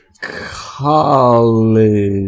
College